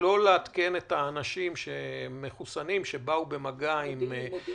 לא לעדכן את האנשים שמחוסנים ובאו במגע עם חולים מאומתים.